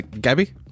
Gabby